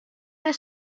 the